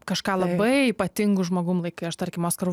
kažką labai ypatingu žmogum laikai aš tarkim oskaru